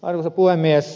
arvoisa puhemies